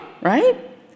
right